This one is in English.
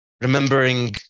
remembering